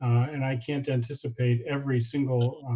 and i can't anticipate every single